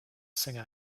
singer